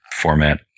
format